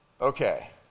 Okay